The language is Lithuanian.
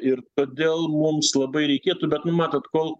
ir todėl mums labai reikėtų bet nu matot kol